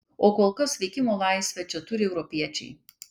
o kol kas veikimo laisvę čia turi europiečiai